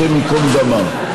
השם ייקום דמה,